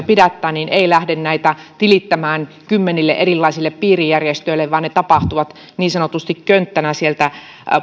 pidättää näitä tilittämään kymmenille erilaisille piirijärjestöille vaan ne tapahtuvat niin sanotusti könttänä